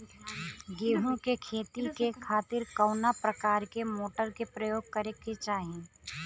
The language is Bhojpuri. गेहूँ के खेती के खातिर कवना प्रकार के मोटर के प्रयोग करे के चाही?